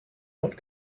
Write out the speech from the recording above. not